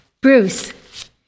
Bruce